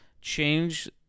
change